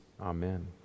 Amen